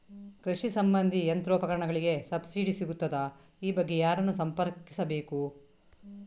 ಕೃಷಿ ಸಂಬಂಧಿ ಯಂತ್ರೋಪಕರಣಗಳಿಗೆ ಸಬ್ಸಿಡಿ ಸಿಗುತ್ತದಾ? ಈ ಬಗ್ಗೆ ಯಾರನ್ನು ಸಂಪರ್ಕಿಸಬೇಕು?